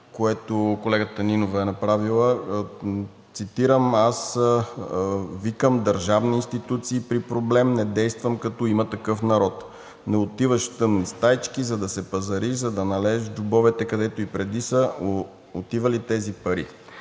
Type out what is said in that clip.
което колегата Нинова е направила. Цитирам: „Аз викам държавни институции при проблем, не действам като „Има такъв народ“. Не отиваш в тъмни стаички, за да се пазариш, за да налееш в джобовете, където и преди са отивали тези пари.“